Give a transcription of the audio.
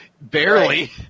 barely